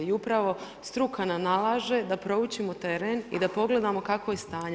I upravo struka nam nalaže da proučimo teren i da pogledamo kakvo je stanje.